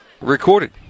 recorded